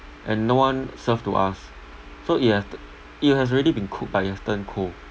and no one served to us so it have t~ it has already been cooked but it has turned cold